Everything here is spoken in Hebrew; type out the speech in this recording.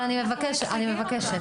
אני מבקשת.